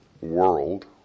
world